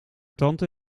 tante